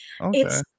Okay